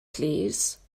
plîs